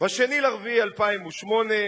ב-2 באפריל 2008,